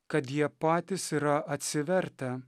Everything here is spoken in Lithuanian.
kad jie patys yra atsivertę